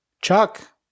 chuck